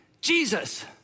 Jesus